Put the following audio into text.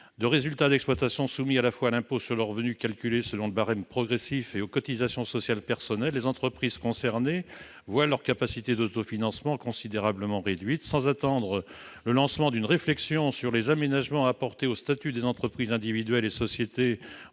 de résultats d'exploitation soumis tout à la fois à l'impôt sur le revenu calculé selon le barème progressif et aux cotisations sociales personnelles, les entreprises concernées voient leurs capacités d'autofinancement considérablement réduites. Sans attendre le lancement d'une réflexion sur les aménagements à apporter au statut des entreprises individuelles et des sociétés